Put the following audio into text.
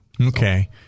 Okay